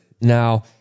Now